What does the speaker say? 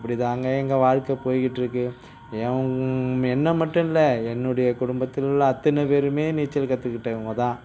இப்படி தாங்க எங்கள் வாழ்க்கை போய்க்கிட்டு இருக்குது என்னை மட்டும் இல்லை என்னுடைய குடும்பத்தில் உள்ள அத்தன பேருமே நீச்சல் கத்துக்கிட்டவங்கள் தான்